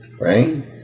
right